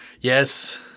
Yes